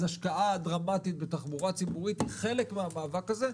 אז השקעה דרמטית בתחבורה ציבורית היא חלק מהמאבק הזה.